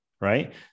right